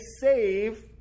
save